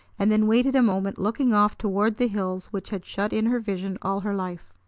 and then waited a moment, looking off toward the hills which had shut in her vision all her life.